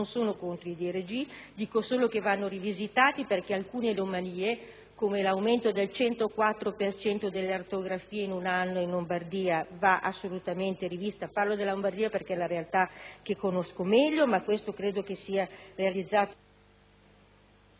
non sono contro i DRG, dico solo che vanno rivisitati perché alcune anomalie, come l'aumento del 104 per cento delle artografie in un anno in Lombardia va assolutamente rivisto (parlo della Lombardia perché è la realtà che conosco meglio). PRESIDENTE. Senatrice